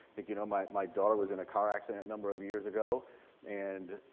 think, you know, my my daughter was in a car accident number of years ago and,